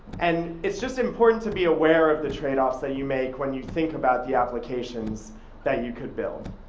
and it's just important to be aware of the trade-offs that you make when you think about the applications that you could build.